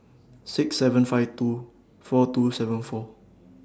six seven five two four two seven four